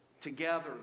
together